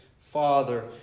father